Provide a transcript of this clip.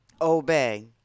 Obey